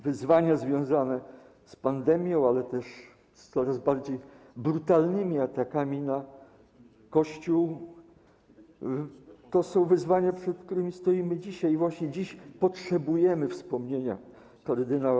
Wyzwania związane z pandemią, ale też z coraz bardziej brutalnymi atakami na Kościół to są wyzwania, przed którymi stoimy dzisiaj, i właśnie dziś potrzebujemy wspomnienia kard.